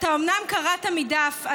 אתה אומנם קראת מדף,